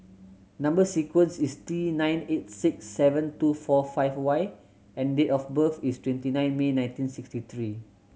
number sequence is T nine eight six seven two four five Y and date of birth is twenty nine May nineteen sixty three